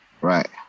right